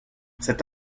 cet